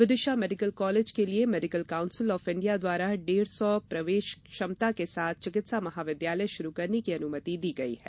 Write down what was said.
Vidisha medical college के लिए medical council of India द्वारा डेढ़ सौ प्रवेश क्षमता के साथ चिकित्सा महाविद्यालय शुरू करने की अनुमति दी गई है